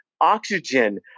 oxygen